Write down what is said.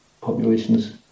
populations